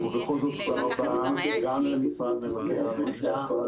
אני רוצה ברשותכם לחזק את דבריה של חברת הכנסת